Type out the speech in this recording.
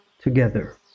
together